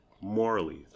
morally